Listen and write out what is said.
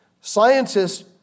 Scientists